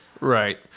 Right